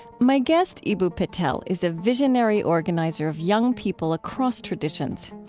my guest, eboo patel, is a visionary organizer of young people across traditions.